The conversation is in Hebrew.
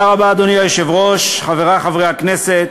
אדוני היושב-ראש, תודה רבה, חברי חברי הכנסת,